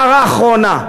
והערה אחרונה: